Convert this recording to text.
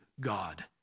God